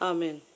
Amen